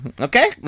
Okay